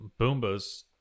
Boombas